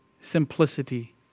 simplicity